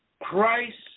Christ